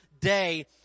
day